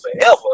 forever